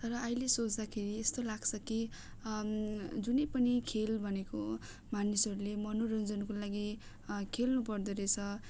तर अहिले सोच्दाखेरि यस्तो लाग्छ कि जुनै पनि खेल भनेको मानिसहरूले मनोरञ्जनको लागि खेल्नुपर्दो रहेछ